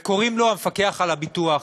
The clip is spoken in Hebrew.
וקוראים לו המפקח על הביטוח.